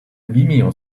vimeo